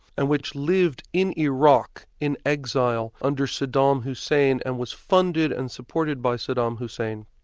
and which lived in iraq in exile under saddam hussein, and was funded and supported by saddam hussein.